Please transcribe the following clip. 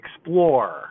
explore